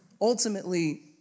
ultimately